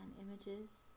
images